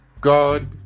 God